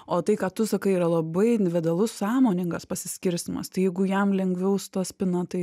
o tai ką tu sakai yra labai individualus sąmoningas pasiskirstymas tai jeigu jam lengviau su ta spyna tai